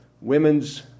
women's